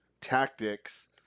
tactics